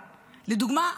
לדוגמה,